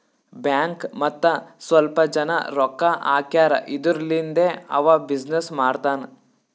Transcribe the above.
bank ಮತ್ತ ಸ್ವಲ್ಪ ಜನ ರೊಕ್ಕಾ ಹಾಕ್ಯಾರ್ ಇದುರ್ಲಿಂದೇ ಅವಾ ಬಿಸಿನ್ನೆಸ್ ಮಾಡ್ತಾನ್